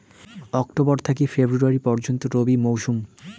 October থাকি ফেব্রুয়ারি পর্যন্ত রবি মৌসুম